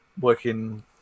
working